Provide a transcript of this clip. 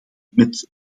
met